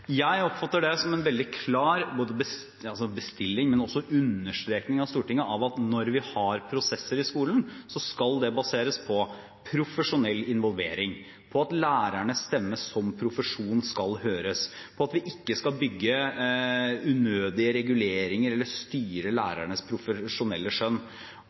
Jeg oppfatter det som en veldig klar bestilling, men også understrekning fra Stortinget av at når vi har prosesser i skolen, skal det baseres på profesjonell involvering, på at lærerne som profesjon skal høres, og på at vi ikke skal bygge unødige reguleringer eller styre lærernes profesjonelle skjønn.